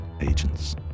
agents